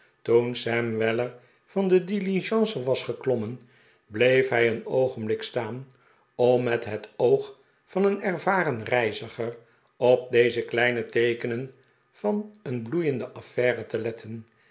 toen sam weller van de diligence was geklommen bleef hij een oogenblik staan om met het oog van een ervaren reiziger op deze kleine teekenen van een bloeiende affaire te letten